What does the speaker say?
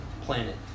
planet